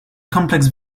complex